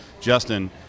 Justin